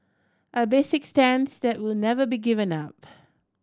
our basic stance that will never be given up